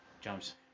Jumps